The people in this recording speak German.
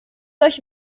euch